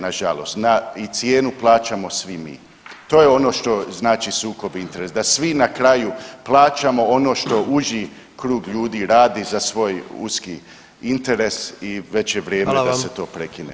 Nažalost cijenu i plaćamo svi mi, to je ono što znači sukob interesa da svi na kraju plaćamo ono što uži krug ljudi radi za svoj uski interes i već je vrijeme da se to prekine.